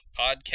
podcast